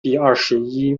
第二十一